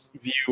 view